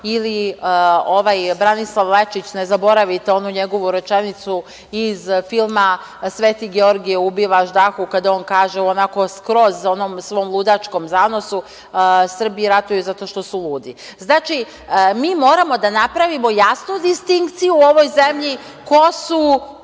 ili ovaj Branislav Lečić. Ne zaboravite onu njegovu rečenicu iz filma „Sveti Georgije ubiva Aždahu“, kad on kaže onako skroz u onom svom ludačkom zanosu - Srbi ratuju zato što su ludi. Znači, mi moramo da napravimo jasnu distinkciju u ovoj zemlji ko su